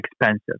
expensive